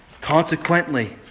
Consequently